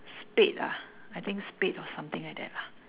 spade ah I think spade or something like that lah